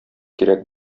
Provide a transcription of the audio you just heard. кирәк